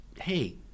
Hey